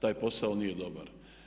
taj posao nije dobar.